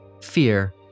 fear